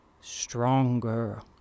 stronger